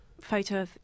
photo